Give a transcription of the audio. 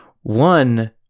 one